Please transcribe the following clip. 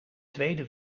tweede